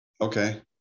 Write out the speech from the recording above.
Okay